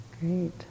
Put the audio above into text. Great